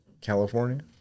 California